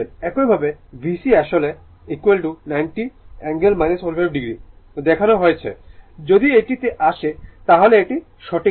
একইভাবে VC আসলে 90 angle 45o দেখেছেন যদি এটি তে আসে তাহলে এটি ঠিক আছে